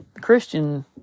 Christian